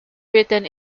written